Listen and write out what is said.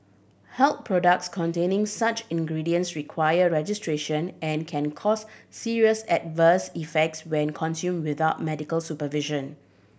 health products containing such ingredients require registration and can cause serious adverse effects when consumed without medical supervision